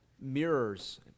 mirrors